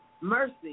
mercy